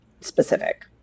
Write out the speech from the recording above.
specific